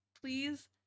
Please